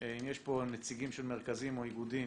אם יש פה נציגים של מרכזים או איגודים.